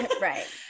Right